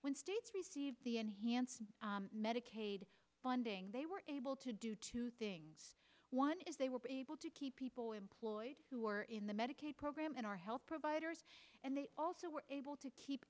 states receive the enhanced medicaid funding they were able to do two things one is they were able to keep people employed who are in the medicaid program and our health providers and they also were able to keep